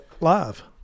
live